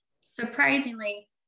surprisingly